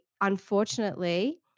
unfortunately